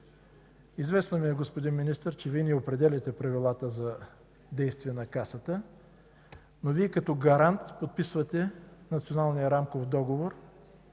Известно ми е, господин Министър, че Вие не определяте правилата за действия на Касата, но Вие като гарант подписвате Националния рамков договор